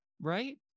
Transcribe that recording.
Right